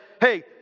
hey